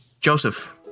joseph